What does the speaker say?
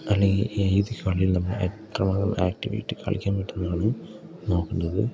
അല്ലെങ്കിൽ ഏത് കളിയിൽ നമ്മൾ എത്ര മാത്രം ആക്ടിവായിട്ട് കളിക്കാൻ പറ്റുന്നതാണ് നോക്കേണ്ടത്